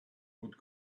would